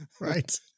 Right